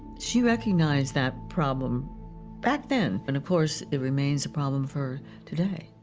she recognized that problem back then, and of course it remains a problem for her today.